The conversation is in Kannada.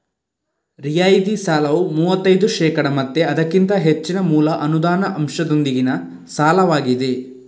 ರಿಯಾಯಿತಿ ಸಾಲವು ಮೂವತ್ತೈದು ಶೇಕಡಾ ಮತ್ತೆ ಅದಕ್ಕಿಂತ ಹೆಚ್ಚಿನ ಮೂಲ ಅನುದಾನ ಅಂಶದೊಂದಿಗಿನ ಸಾಲವಾಗಿದೆ